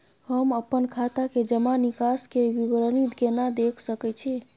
हम अपन खाता के जमा निकास के विवरणी केना देख सकै छी?